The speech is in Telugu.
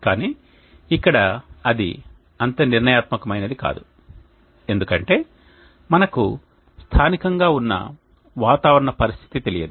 కానీ ఇక్కడ అది అంత నిర్ణయాత్మకమైనది కాదు ఎందుకంటే మనకు స్థానికంగా ఉన్న వాతావరణ పరిస్థితి తెలియదు